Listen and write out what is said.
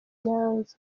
nyanza